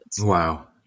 Wow